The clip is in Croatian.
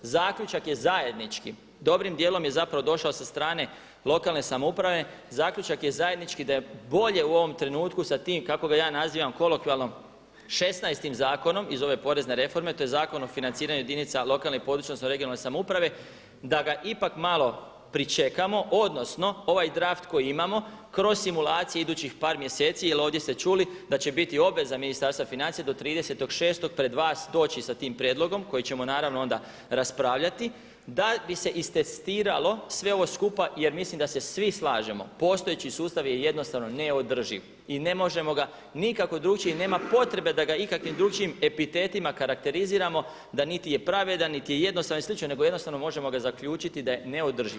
Zaključak je zajednički, dobrim dijelom je zapravo došao sa strane lokalne samouprave, zaključak je zajednički da je bolje u ovom trenutku sa tim kako ga ja nazivam kolokvijalno 16-tim zakonom iz ove porezne reforme, a to je Zakon o financiranju jedinica lokalne i područne odnosno regionalne samouprave da ga ipak malo pričekamo odnosno ovaj draft koji imamo kroz simulacije idućih par mjeseci, jer ovdje ste čuli da će biti obveza Ministarstva financija do 30.6. pred vas doći sa tim prijedlogom koji ćemo naravno onda raspravljati da bi se istestiralo sve ovo skupa jer mislim da se svi slažemo postojeći sustav je jednostavno neodrživ i ne možemo ga nikako drukčije i nema potrebe da ga ikakvim drukčijim epitetima karakteriziramo da niti je pravedan, niti je jednostavan i sl. nego jednostavno možemo ga zaključiti da je neodrživ.